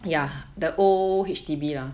I don't know